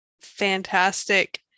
fantastic